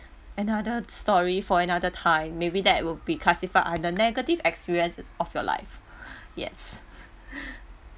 another story for another time maybe that will be classify under negative experience of your life yes